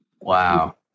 Wow